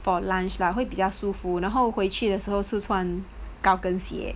for lunch lah 会比较舒服然后回去的时候是穿高跟鞋